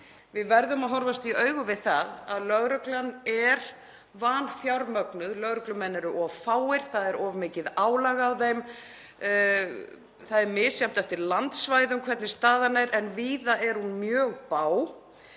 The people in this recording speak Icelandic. Við verðum að horfast í augu við það að lögreglan er vanfjármögnuð, lögreglumenn eru of fáir, það er of mikið álag á þeim. Það er misjafnt eftir landsvæðum hvernig staðan er en víða er hún mjög bág.